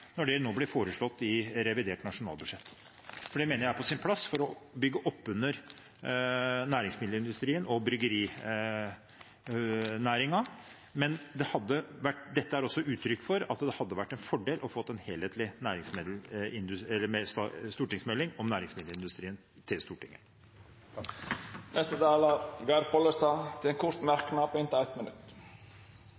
når det blir foreslått i forbindelse med revidert nasjonalbudsjett. Det mener jeg er på sin plass for å bygge opp under næringsmiddelindustrien og bryggerinæringen, men dette er også uttrykk for at det hadde vært en fordel å få en helhetlig stortingsmelding om næringsmiddelindustrien til Stortinget. Representanten Geir Pollestad har hatt ordet to gonger tidlegare og får ordet til ein kort